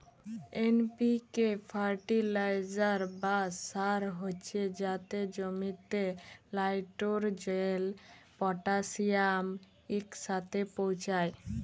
NPK fertiliser বা সার হছে যাতে জমিতে লাইটেরজেল, পটাশিয়াম ইকসাথে পৌঁছায়